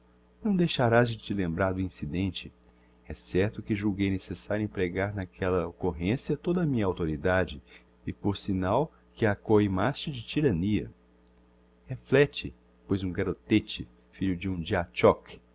não deixarás de te lembrar do incidente é certo que julguei necessario empregar n'aquella occorrencia toda a minha auctoridade e por signal que a acoimaste de tyrannia reflécte pois um garotête filho d'um diatchok